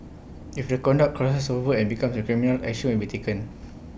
if the conduct crosses over and becomes A criminal action will be taken